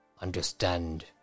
understand